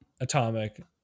atomic